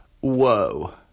Whoa